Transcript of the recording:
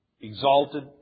exalted